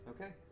Okay